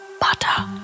butter